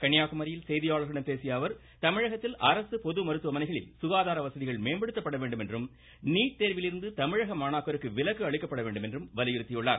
கன்னியாகுமரியில் செய்தியாளர்களிடம் பேசிய அவர் தமிழகத்தில் அரசு பொது மருத்துவமனைகளில் சுகாதார வசதிகள் மேம்படுத்தப்பட வேண்டும் என்றும் நீட் தேர்விலிருந்து தமிழக மாணாக்கருக்கு விலக்கு அளிக்கப்பட வேண்டும் என்றும் வலியுறுத்தினார்